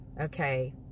Okay